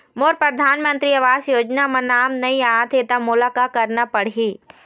मोर परधानमंतरी आवास योजना म नाम नई आत हे त मोला का करना पड़ही?